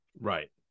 right